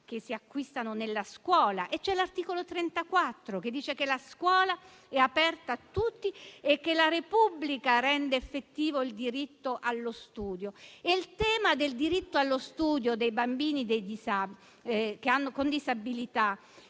che si acquistano nella scuola, e c'è l'articolo 34, secondo il quale la scuola è aperta a tutti e la Repubblica rende effettivo il diritto allo studio. Il tema del diritto allo studio dei bambini con disabilità